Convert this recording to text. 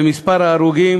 במספר ההרוגים